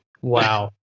Wow